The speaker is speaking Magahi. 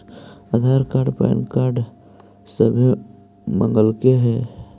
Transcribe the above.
आधार कार्ड पैन कार्ड सभे मगलके हे?